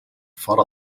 fora